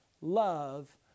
love